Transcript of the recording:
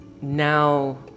now